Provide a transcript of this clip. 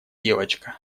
девочка